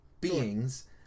beings